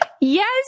Yes